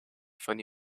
funny